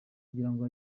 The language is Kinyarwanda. kugirango